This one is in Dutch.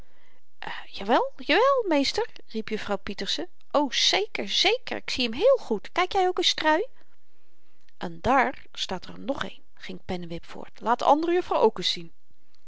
jawel meester riep juffrouw pieterse o zeker zeker ik zie m heel goed kyk jy ook eens trui en dààr staat er nog een ging pennewip voort laat de andere juffrouw ook eens zien